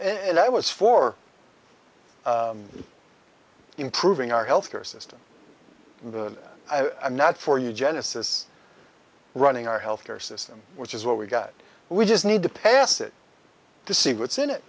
and i was for improving our health care system i'm not for you genesis running our health care system which is what we've got we just need to pass it to see what's in it